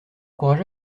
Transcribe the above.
courage